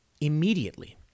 immediately